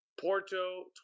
Porto